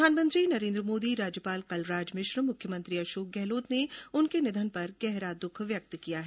प्रधानमंत्री नरेन्द्र मोदी राज्यपाल कलराज मिश्र मुख्यमंत्री अशोक गहलोत और डॉ रघ् शर्मा ने उनके निधन पर गहरा दुख व्यक्त किया है